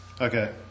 Okay